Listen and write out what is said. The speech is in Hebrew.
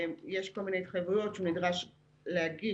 יש כל מיני התחייבויות שהוא נדרש למלא